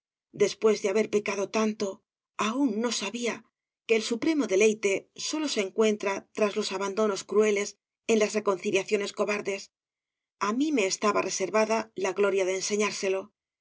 después de haber pecado tanto aún no sabía que el supremo deleite sólo se encuentra tras los abandonos crueles en las reconciliaciones cobardes á mí me estaba reservada la gloria de enseñárselo